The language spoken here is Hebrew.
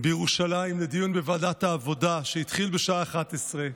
בירושלים לדיון בוועדת העבודה שהתחיל בשעה 11:00,